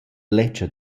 ledscha